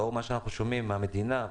לאור מה שאנחנו שומעים מהמדינה,